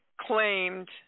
claimed